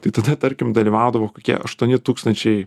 tai tada tarkim dalyvaudavo kokie aštuoni tūkstančiai